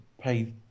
pay